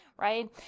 right